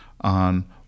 on